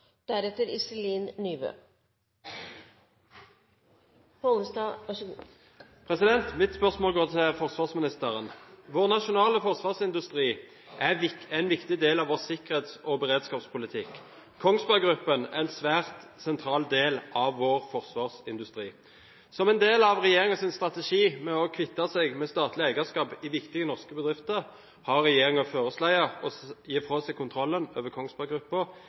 en viktig del av vår sikkerhets- og beredskapspolitikk. Kongsberg Gruppen er en svært sentral del av vår forsvarsindustri. Som en del av regjeringens strategi med å kvitte seg med statlig eierskap i viktige norske bedrifter, har regjeringen foreslått å gi fra seg kontrollen over Kongsberg